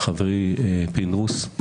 חברי פינדרוס: